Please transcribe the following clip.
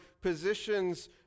positions